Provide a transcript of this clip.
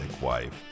wife